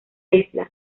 isla